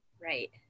right